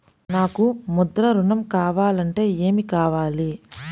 నాకు ముద్ర ఋణం కావాలంటే ఏమి కావాలి?